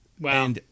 Wow